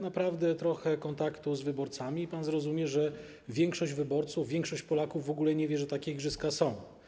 Naprawdę, wystarczy kontakt z wyborcami i pan zrozumie, że większość wyborców, większość Polaków w ogóle nie wie, że takie igrzyska są.